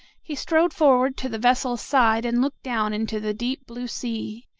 he strode forward to the vessel's side and looked down into the deep blue sea.